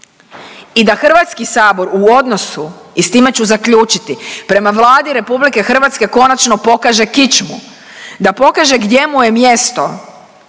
I da Hrvatski sabor u odnosu i s time ću zaključiti prema Vladi Republike Hrvatske konačno pokaže kičmu, da pokaže gdje mu je mjesto